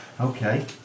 Okay